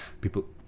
people